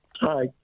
Hi